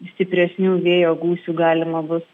stipresnių vėjo gūsių galima bus